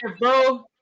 bro